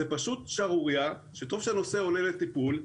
זאת פשוט שערורייה וטוב שהנושא עולה לטיפול.